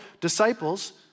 disciples